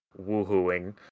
woohooing